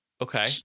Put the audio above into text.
okay